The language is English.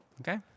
okay